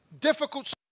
difficult